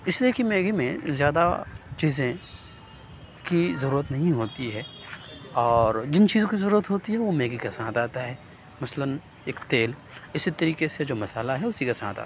اِس لیے کہ میگی میں زیادہ چیزیں کی ضرورت نہیں ہوتی ہے اور جن چیزوں کی ضرورت ہوتی ہے وہ میگی کے ساتھ آتا ہے مثلاً ایک تیل اِسی طریقے سے جو مسالہ ہے اُسی کے ساتھ آتا ہے